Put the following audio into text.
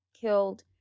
killed